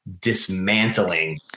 dismantling